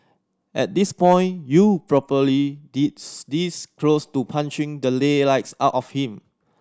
at this point you probably this this close to punching the lay lights out of him